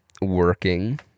working